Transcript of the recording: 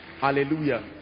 Hallelujah